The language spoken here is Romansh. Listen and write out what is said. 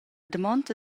damonda